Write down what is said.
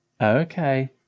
okay